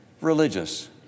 religious